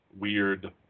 weird